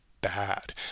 bad